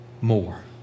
more